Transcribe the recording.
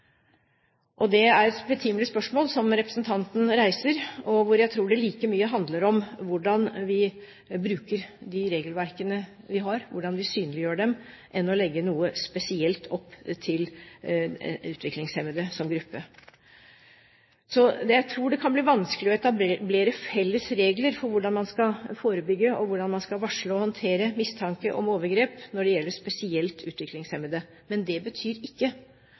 Det er et betimelig spørsmål representanten reiser, og jeg tror det like mye handler om hvordan vi bruker de regelverkene vi har, og hvordan vi synliggjør dem, som å legge opp til noe spesielt for utviklingshemmede som gruppe. Jeg tror det kan bli vanskelig å etablere felles regler for hvordan man skal forebygge, og hvordan man skal varsle og håndtere mistanke om overgrep når det gjelder spesielt utviklingshemmede. Men det betyr ikke